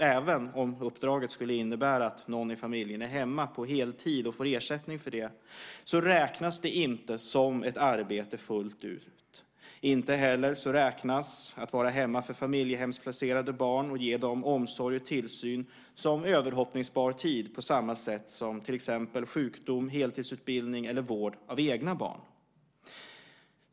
Även om uppdraget skulle innebära att någon i familjen är hemma på heltid och får ersättning för det räknas det inte som ett arbete fullt ut. Inte heller räknas att vara hemma för familjehemsplacerade barn och ge dem omsorg som överhoppningsbar tid på samma sätt som till exempel sjukdom, heltidsutbildning eller vård av egna barn.